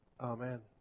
Amen